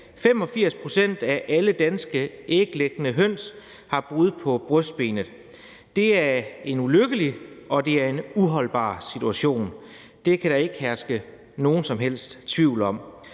85 pct. af alle danske æglæggende høns har brud på brystbenet. Det er en ulykkelig og en uholdbar situation – det kan der ikke herske nogen som helst tvivl om.